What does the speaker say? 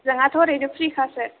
जोंहाथ' ओरैनो फ्रि खासो